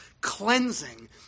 cleansing